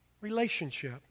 relationship